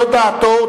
זו דעתו,